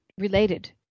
related